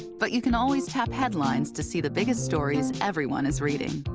but you can always tap headlines to see the biggest stories everyone is reading.